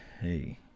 hey